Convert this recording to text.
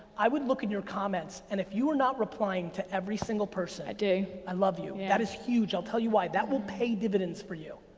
i would look in your comments, and if you are not replying to every single person i do. i love you. that is huge, i'll tell you why. that will pay dividends for you.